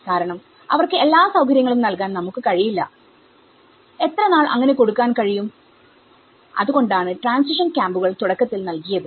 കാരണം അവർക്ക് എല്ലാ സൌകര്യങ്ങളും നൽകാൻ നമുക്ക് കഴിയില്ല എത്രനാൾ അങ്ങനെ കൊടുക്കാൻ കഴിയും അതുകൊണ്ടാണ് ട്രാൻസിഷൻ ക്യാമ്പുകൾ തുടക്കത്തിൽ നൽകിയത്